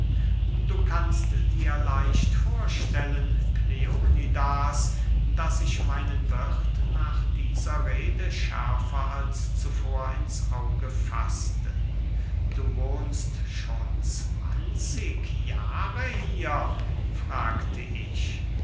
du kannst dir leicht vorstellen kleonidas daß ich meinen wirth nach dieser rede schärfer als zuvor ins auge faßte du wohnst schon zwanzig jahre hier fragte ich